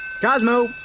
Cosmo